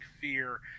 fear